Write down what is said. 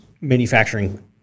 manufacturing